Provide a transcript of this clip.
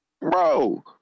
bro